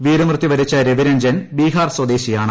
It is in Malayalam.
വീരമൃത്യൂ വ്രിച്ച രവിരഞ്ജൻ ബീഹാർ സ്വദേശിയാണ്